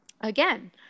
again